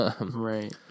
Right